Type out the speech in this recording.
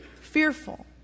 fearful